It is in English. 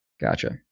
Gotcha